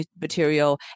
material